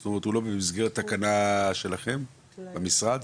זאת אומרת הוא לא במסגרת תקנה שלהם, המשרד?